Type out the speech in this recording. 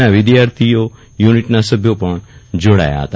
ના વિદ્યાર્થીઓ યુનિટના સભ્યો પણ જોડાયા હતા